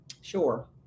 sure